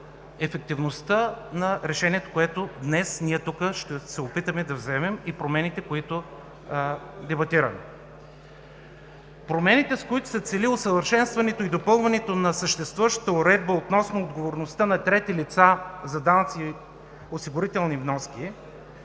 ефективността на решението, което днес ние ще се опитаме да вземем и проблемите, които дебатираме. Промените, с които се цели усъвършенстването и допълването на съществуващата уредба относно отговорността на трети лица за данъци и за осигурителни вноски,